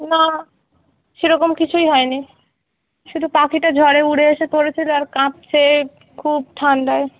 না সেরকম কিছুই হয়নি শুধু পাখিটা ঝড়ে উড়ে এসে পড়েছিল আর কাঁপছে খুব ঠান্ডায়